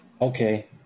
Okay